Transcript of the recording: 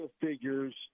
figures